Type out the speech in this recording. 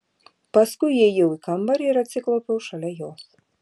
paskui įėjau į kambarį ir atsiklaupiau šalia jos